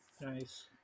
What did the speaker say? Nice